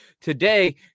today